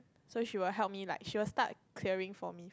so she will help me like she will start clearing for me